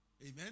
Amen